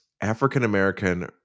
African-American